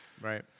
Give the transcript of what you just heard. Right